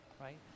right